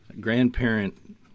grandparent